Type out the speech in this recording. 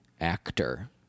Actor